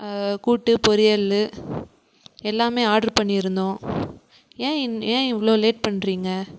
கூட்டு பொரியல் எல்லாமே ஆர்டர் பண்ணியிருந்தோம் ஏன் இன் ஏன் இவ்வளோ லேட் பண்ணுறீங்க